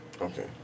Okay